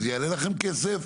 זה יעלה לכם כסף,